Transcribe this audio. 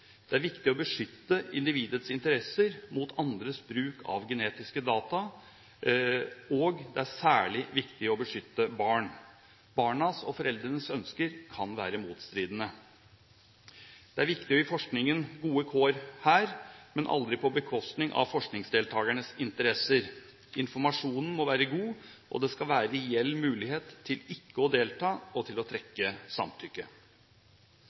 Det er viktig å beskytte individets interesser mot andres bruk av genetiske data, og det er særlig viktig å beskytte barn. Barnas og foreldrenes ønsker kan være motstridende. Det er viktig å gi forskningen gode kår her, men aldri på bekostning av forskningsdeltakernes interesser. Informasjonen må være god, og det skal være reell mulighet til ikke å delta og til å trekke samtykke.